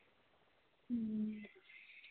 ᱦᱮᱸ